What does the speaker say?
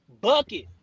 bucket